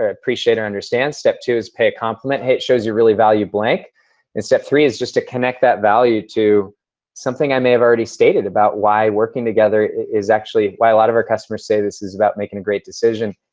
ah appreciate and understand step two is pay a compliment hey it shows you really value blank and step three is just to connect that value to something i may have already stated about why working together is actually why a lot of our customers say this is about making a great decision.